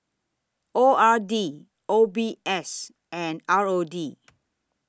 O R D O B S and R O D